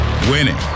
winning